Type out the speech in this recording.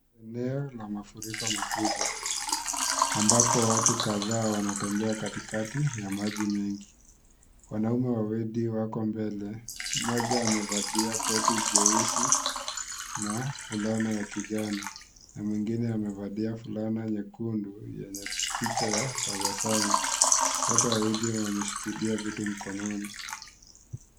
Eneo la mafuriko makubwa ambapo watu kadhaa wanatembea katikati ya maji mengi. Wanaume wawili wako mbele, mmoja amevalia koti jeusi na fulana ya kijani na mwengine amevalia fulana nyekundu yenye picha ya tabasamu. Wote wawili wameshikilia vitu mkononi.